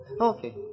Okay